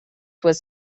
was